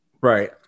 right